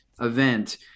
event